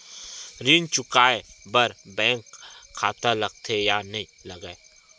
ऋण चुकाए बार बैंक खाता लगथे या नहीं लगाए?